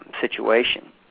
situation